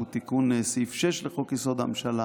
שהוא תיקון סעיף 6 לחוק-יסוד: הממשלה,